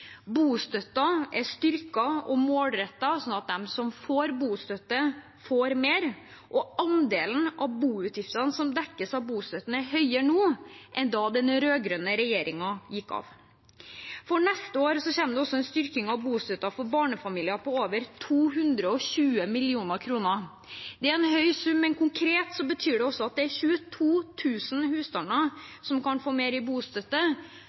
bostøtte, får mer, og andelen av boutgiftene som dekkes av bostøtten, er høyere nå enn da den rød-grønne regjeringen gikk av. For neste år kommer det også en styrking av bostøtten for barnefamilier på over 220 mill. kr. Det er en høy sum, men konkret betyr det også at det er 22 000 husstander som kan få mer i bostøtte,